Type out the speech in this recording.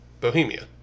Bohemia